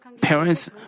parents